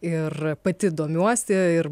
ir pati domiuosi ir